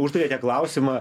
uždavėte klausimą